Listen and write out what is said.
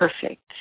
perfect